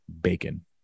Bacon